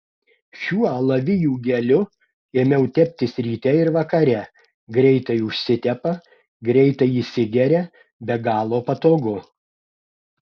šiuo alavijų geliu ėmiau teptis ryte ir vakare greitai užsitepa greitai įsigeria be galo patogu